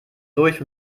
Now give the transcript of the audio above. durch